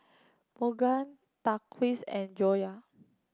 Bunga Thaqif's and Joyah